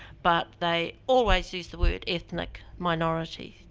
but they always use the word ethnic minority.